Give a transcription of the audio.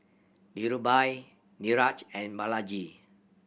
Dhirubhai Niraj and Balaji